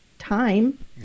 time